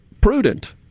prudent